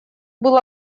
был